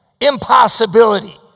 impossibility